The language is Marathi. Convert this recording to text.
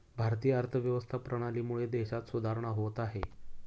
भारतीय अर्थव्यवस्था प्रणालीमुळे देशात सुधारणा होत आहे